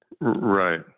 Right